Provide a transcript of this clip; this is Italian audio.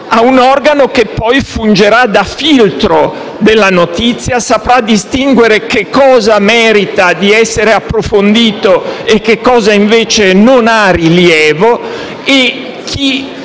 a un organo che fungerà da filtro e saprà distinguere ciò che merita di essere approfondito e ciò che invece non ha rilievo; e chi